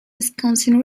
wisconsin